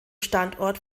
standort